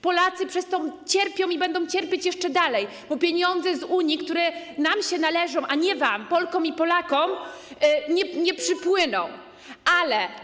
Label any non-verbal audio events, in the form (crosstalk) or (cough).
Polacy przez to cierpią i będą cierpieć dalej, bo pieniądze z Unii, które nam się należą, a nie wam, Polkom i Polakom, nie przypłyną (noise)